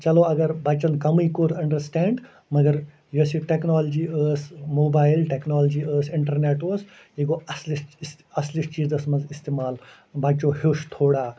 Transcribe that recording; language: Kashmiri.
چلو اگر بچن کمٕے کوٚر اَنٛڈَرسِٹینٛڈ مگر یۄس یہِ ٹٮ۪کنالجی ٲس موبایل ٹٮ۪کنالجی ٲس اِنٹرنٮ۪ٹ اوس یہِ گوٚو اصلِس اَصلِس چیٖزس منٛز استعمال بچو ہیوٚچھ تھوڑا